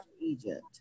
Egypt